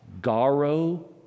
Garo